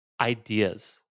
ideas